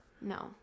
No